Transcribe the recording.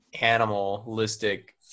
animalistic